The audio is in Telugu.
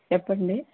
చెప్పండి